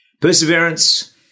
Perseverance